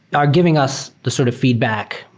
are giving us the sort of feedback,